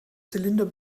zylinder